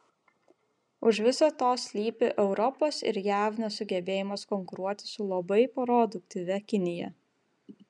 už viso to slypi europos ir jav nesugebėjimas konkuruoti su labai produktyvia kinija